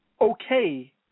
okay